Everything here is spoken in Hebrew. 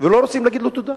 ולא רוצים להגיד לו תודה,